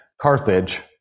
Carthage